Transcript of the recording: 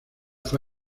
fue